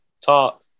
talk